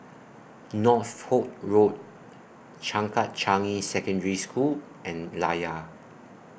Northolt Road Changkat Changi Secondary School and Layar